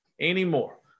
anymore